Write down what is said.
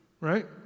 Right